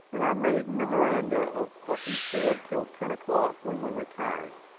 and i made memoranda of what he said till ten o'clock, when we retired.